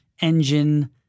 engine